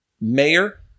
mayor